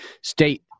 state